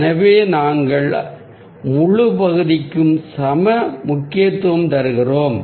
எனவே நாங்கள் முழு பகுதிக்கும் சம முக்கியத்துவம் தருகிறோம்